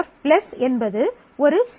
F என்பது ஒரு set